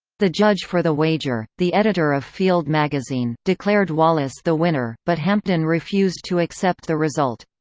the judge for the wager, the editor of field magazine, declared wallace the winner, but hampden refused to accept the result.